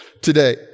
today